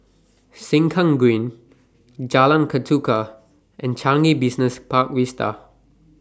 Sengkang Green Jalan Ketuka and Changi Business Park Vista